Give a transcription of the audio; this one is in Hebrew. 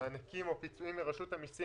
מענקים או פיצויים מרשות המסים,